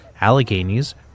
Alleghenies